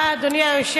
תודה, אדוני היושב-ראש.